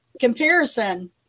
comparison